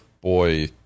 boy